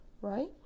right